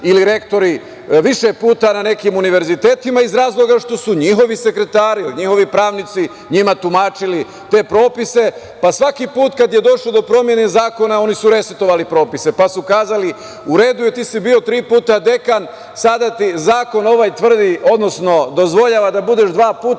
ili rektori više puta na nekim univerzitetima, iz razloga što su njihovi sekretari, njihovi pravnici njima tumačili te propise, pa svaki put kad je došlo do primene zakona oni su resetovali propise, pa su kazali – u redu je, ti si bio tri puta dekan, sada ti zakon ovaj dozvoljava da budeš dva puta,